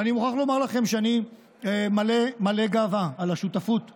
ואני מוכרח לומר לכם שאני מלא גאווה על השותפות הזאת,